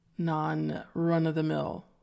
non-run-of-the-mill